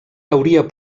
hauria